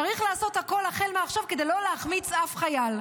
צריך לעשות הכול החל מעכשיו כדי לא להחמיץ אף חייל.